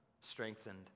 strengthened